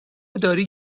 داری